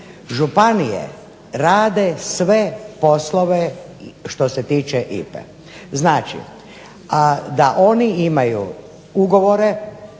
županije rade sve poslove što se tiče IPA-e, a da oni imaju ugovore,